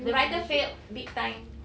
the writer failed big time